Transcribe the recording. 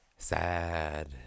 Sad